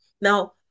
now